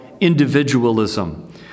individualism